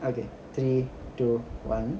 okay three two one